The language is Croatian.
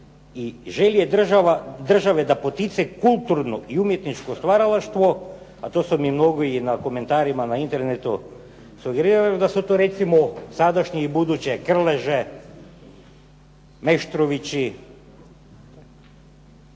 i želje države da potiče kulturno i umjetničko stvaralaštvo, a to su mi mnogi na komentarima na internetu sugerirali da su to recimo sadašnje i buduće Krleže, Meštovići.